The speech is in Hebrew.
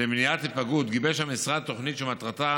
למניעת היפגעות, גיבש המשרד תוכנית שמטרתה